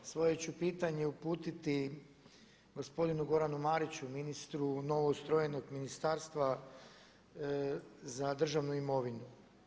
Svoje ću pitanje uputiti gospodinu Goranu Mariću ministru novoustrojenog Ministarstva za državnu imovinu.